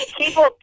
people